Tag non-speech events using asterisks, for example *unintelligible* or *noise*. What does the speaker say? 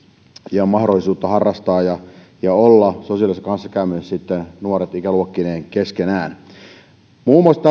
ja mahdollisuutta harrastaa ja ja olla sosiaalisessa kanssakäymisessä ikäluokkineen keskenään tällä myöskin muun muassa *unintelligible*